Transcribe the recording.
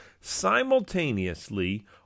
simultaneously